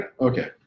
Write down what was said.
Okay